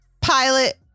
pilot